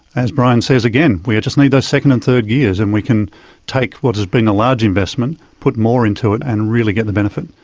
as brian says again, we just need those second and third gears and we can take what has been a large investment, put more into it and really get the benefit.